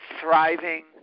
thriving